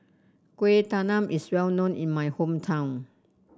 Kuih Talam is well known in my hometown